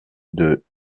deux